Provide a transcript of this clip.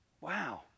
Wow